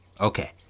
Okay